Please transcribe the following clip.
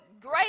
great